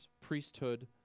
priesthood